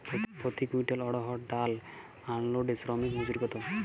প্রতি কুইন্টল অড়হর ডাল আনলোডে শ্রমিক মজুরি কত?